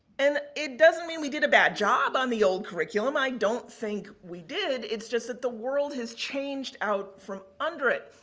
and, it doesn't mean we did a bad job on the old curriculum. i don't think did. it's just that the world has changed out from under it.